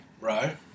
Right